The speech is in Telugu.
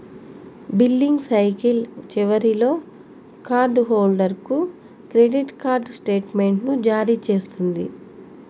బిల్లింగ్ సైకిల్ చివరిలో కార్డ్ హోల్డర్కు క్రెడిట్ కార్డ్ స్టేట్మెంట్ను జారీ చేస్తుంది